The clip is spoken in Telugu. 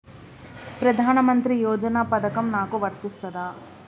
ప్రధానమంత్రి యోజన పథకం నాకు వర్తిస్తదా?